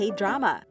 drama